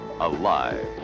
alive